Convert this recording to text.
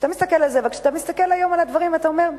כשאתה מסתכל על זה וכשאתה מסתכל היום על הדברים אתה אומר: